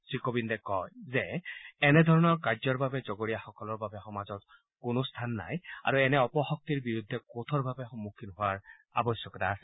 শ্ৰী কোবিন্দে কয় যে এনেধৰণৰ কাৰ্যৰ বাবে জগৰীয়া সকলৰ বাবে সমাজত কোনো স্থান নাই আৰু এনে অপশক্তিৰ বিৰুদ্ধে কঠোৰভাৱে সন্মুখীন হোৱাৰ আৱশ্যকতা আছে